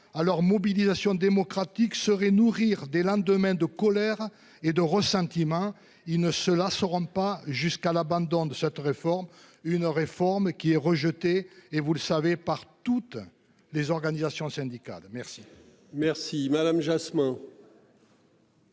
leur mobilisation démocratique serait nourrir des lendemains de colère et de ressentiment. Ils ne se lasseront pas jusqu'à l'abandon de cette réforme, une réforme qui est rejeté. Et vous le savez par toutes les organisations syndicales. Merci.